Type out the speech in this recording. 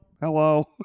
Hello